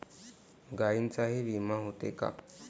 गायींचाही विमा होते का?